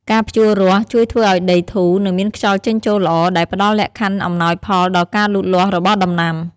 ការភ្ជួររាស់ ជួយធ្វើឲ្យដីធូរ និងមានខ្យល់ចេញចូលល្អ ដែលផ្តល់លក្ខខណ្ឌអំណោយផលដល់ការលូតលាស់របស់ដំណាំ។